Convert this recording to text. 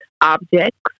objects